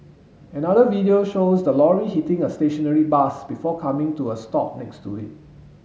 another video shows the lorry hitting a stationary bus before coming to a stop next to it